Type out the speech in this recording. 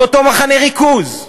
באותו מחנה ריכוז,